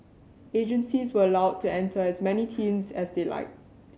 agencies were allowed to enter as many teams as they liked